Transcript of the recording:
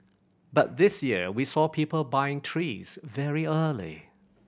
but this year we saw people buying trees very early